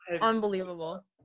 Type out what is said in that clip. Unbelievable